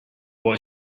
boy